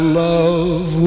love